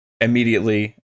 immediately